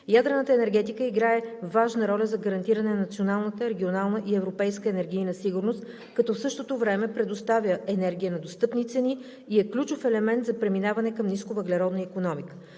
Ядрената енергетика играе важна роля за гарантиране на националната, регионалната и европейската енергийна сигурност, като в същото време предоставя енергия на достъпни цени и е ключов елемент за преминаване към нисковъглеродна икономика.